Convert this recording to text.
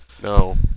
No